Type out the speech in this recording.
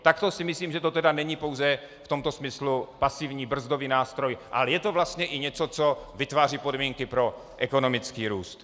Takto si myslím, že to tedy není pouze v tomto smyslu pasivní brzdový nástroj, ale je to vlastně i něco, co vytváří podmínky pro ekonomický růst.